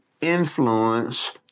influence